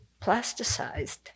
plasticized